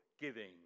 giving